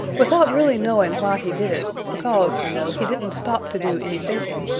without really knowing why he did it, because, you know, he didn't stop to do any thinking,